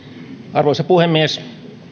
arvoisa puhemies